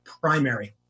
primary